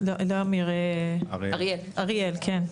אריאל, כן.